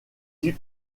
huit